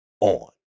on